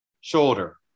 shoulder